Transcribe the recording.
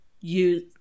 use